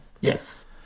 yes